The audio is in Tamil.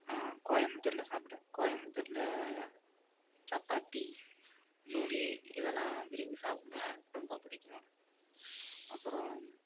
கோயம்புத்தூரில் சாப்பிடுவேன் கோயம்புத்தூரில் சப்பாத்தி பூரி இதெல்லாம் விரும்பி சாப்பிடுவேன் ரொம்ப பிடிக்கும் அப்புறம்